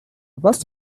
vast